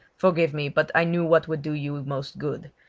forgive me, but i knew what would do you most good.